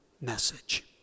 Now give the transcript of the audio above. message